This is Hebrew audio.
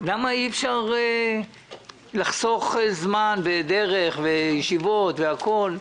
למה אי אפשר לחסוך זמן ודרך וישיבות והכול?